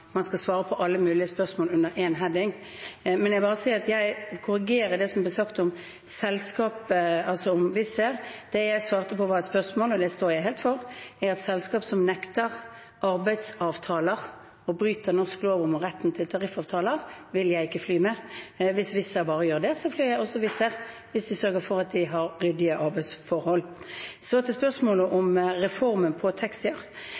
mulige spørsmål under én heading. La meg så si at jeg vil korrigere det som ble sagt om Wizz Air. Det jeg svarte på, var et spørsmål, og det står jeg helt for – at selskap som nekter arbeidsavtaler og bryter norsk lov om retten til tariffavtaler, vil jeg ikke fly med. Hvis Wizz Air bare sørger for det, flyr jeg også med Wizz Air – altså hvis de sørger for at de har ryddige arbeidsforhold. Så til spørsmålet om reformen på taxier.